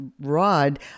rod